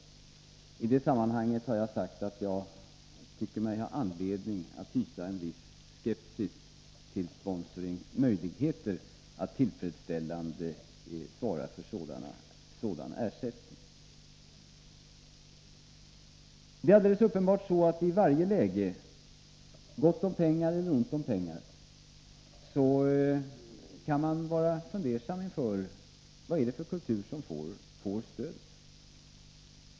Jag har i det sammanhanget sagt att jag tycker mig ha anledning att hysa en viss skepsis mot sponsrings möjligheter att tillfredsställande svara för en sådan ersättning. Det är alldeles uppenbart att man i varje läge — med gott om pengar eller med ont om pengar — kan vara fundersam i fråga om vad det är för kultur som får stöd.